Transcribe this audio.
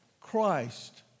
Christ